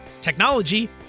technology